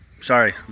sorry